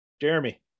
Jeremy